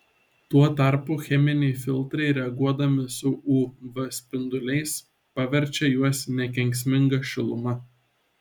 tuo tarpu cheminiai filtrai reaguodami su uv spinduliais paverčia juos nekenksminga šiluma